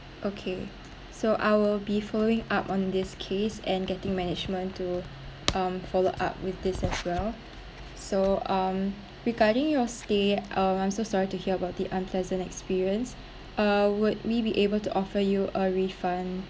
okay so I will be following up on this case and getting management to um follow up with this as well so um regarding your stay um I'm so sorry to hear about the unpleasant experience uh would we be able to offer you a refund